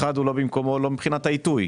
הוא לא במקומו מבחינת העיתוי,